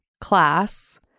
class